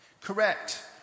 Correct